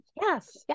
Yes